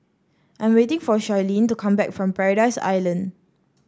I'm waiting for Charleen to come back from Paradise Island